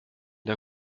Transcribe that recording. der